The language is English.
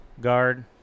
guard